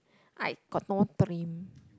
I got no dream